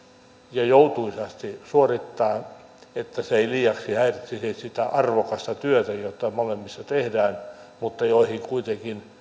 ja joutuisasti suorittaa että se ei liiaksi häiritsisi sitä arvokasta työtä jota molemmissa tehdään mutta silloin kuitenkin